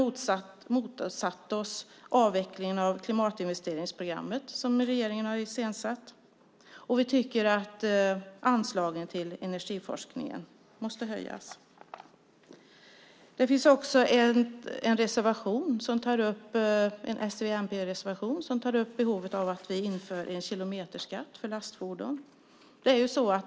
Vi har motsatt oss avvecklingen av klimatinvesteringsprogrammet som regeringen har initierat. Vi anser också att anslagen till energiforskningen måste höjas. I reservation 8 från s, v och mp föreslås att en kilometerskatt införs för lastfordon.